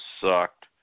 sucked